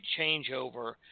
changeover